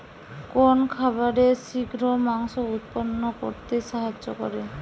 কোন খাবারে শিঘ্র মাংস উৎপন্ন করতে সাহায্য করে?